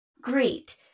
Great